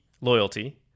loyalty